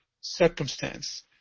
circumstance